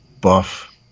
buff